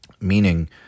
meaning